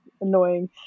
annoying